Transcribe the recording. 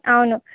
అవును